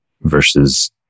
versus